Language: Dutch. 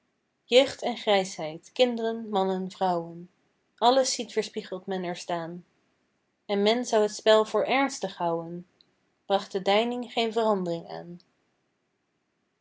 jeugd en grijsheid kindren mannen vrouwen alles ziet weerspiegeld men er staan en men zou het spel voor ernstig houën bracht de deining geen verandering aan